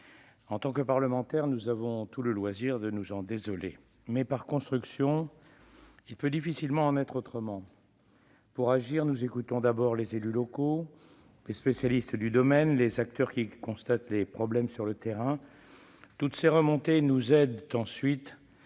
En tant que parlementaires, nous avons tout le loisir de nous en désoler, mais, par construction, il peut difficilement en être autrement : pour agir, nous écoutons d'abord les élus locaux, les spécialistes du domaine, les acteurs qui constatent les problèmes sur le terrain ; toutes ces remontées nous aident, ensuite,